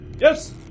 Yes